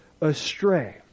astray